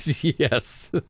Yes